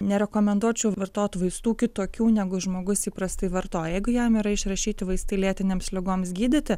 nerekomenduočiau vartot vaistų kitokių negu žmogus įprastai vartoja jeigu jam yra išrašyti vaistai lėtinėms ligoms gydyti